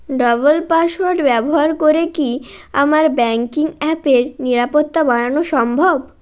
double password ব্যবহার করে কি আমার ব্যাঙ্কিং অ্যাপের নিরাপত্তা বাড়ানো সম্ভব